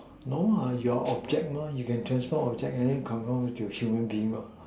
no ah you are object mah you can transform object and than transform back to a human being mah